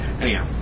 Anyhow